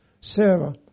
Sarah